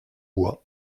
bois